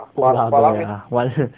koala koala 会 ah one 是